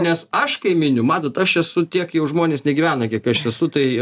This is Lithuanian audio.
nes aš kai miniu matot aš esu tiek jau žmonės negyvena kiek aš esu tai